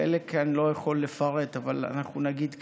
בחלק אני לא יכול לפרט, אבל אנחנו נגיד כך: